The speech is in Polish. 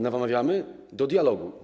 Namawiamy do dialogu.